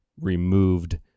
removed